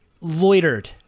loitered